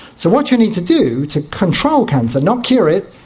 so what you need to do to control cancer, not cure it,